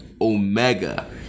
Omega